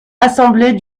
assemblés